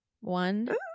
One